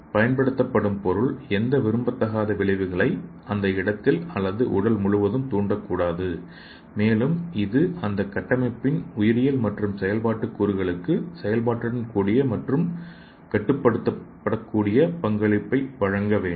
பயன்படுத்தப்படும் பொருள் எந்தவொரு விரும்பத்தகாத விளைவுகளை அந்த இடத்தில் அல்லது உடல் முழுவதும் தூண்டக்கூடாது மேலும் இது அந்த கட்டமைப்பின் உயிரியல் மற்றும் செயல்பாட்டு கூறுகளுக்கு செயல்பாட்டுடன் கூடிய மற்றும் கட்டுப்படுத்தக்கூடிய பங்களிப்பை வழங்க வேண்டும்